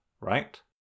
right